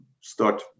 start